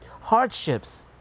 hardships